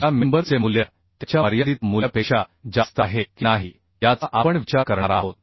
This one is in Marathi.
ज्या मेंबर चे मूल्य त्याच्या मर्यादित मूल्यापेक्षा जास्त आहे की नाही याचा आपण विचार करणार आहोत